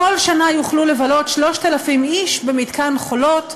כל שנה יוכלו לבלות 3,000 איש במתקן "חולות",